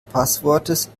passwortes